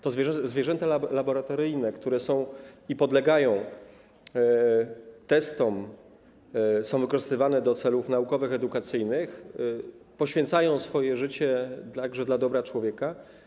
To zwierzęta laboratoryjne, które podlegają testom, są wykorzystywane do celów naukowych, edukacyjnych, poświęcają swoje życie także dla dobra człowieka.